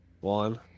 one